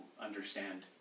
understand